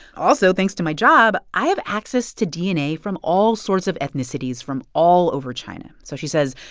also, thanks to my job, i have access to dna from all sorts of ethnicities from all over china. so she says,